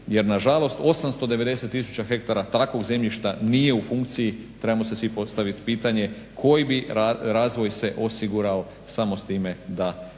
jer nažalost 890 tisuća hektara takvog zemljišta nije u funkciji, trebamo si svi postaviti pitanje koje bi razvoj se osigurao samo s time da